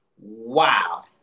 wow